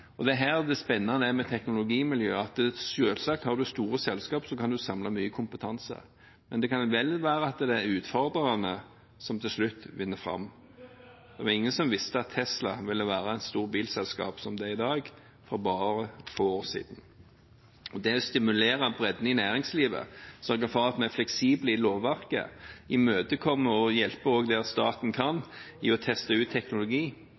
Det er her det spennende er med teknologimiljøet, at – selvsagt – har man store selskaper, kan man samle mye kompetanse. Men det kan vel være at det er utfordrerne som til slutt vinner fram. Det var ingen som visste at Tesla ville være et stort bilselskap, som det er i dag, for bare få år siden. Det å stimulere bredden i næringslivet, sørge for at vi er fleksible i lovverket, imøtekomme og hjelpe også der staten kan, i å teste ut teknologi,